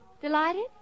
Delighted